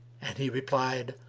and he replied,